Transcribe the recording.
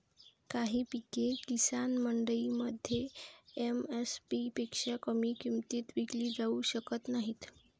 काही पिके किसान मंडईमध्ये एम.एस.पी पेक्षा कमी किमतीत विकली जाऊ शकत नाहीत